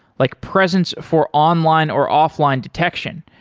like presence for online or offline detection.